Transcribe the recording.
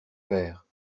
père